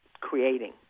creating